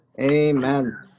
Amen